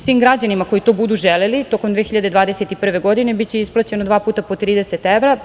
Svim građanima koji to budu želeli tokom 2021. godine biće isplaćeno dva puta po 30 evra.